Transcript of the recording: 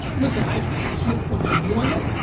ah listen, i've passionate points of view on this,